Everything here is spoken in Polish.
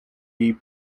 jej